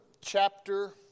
chapter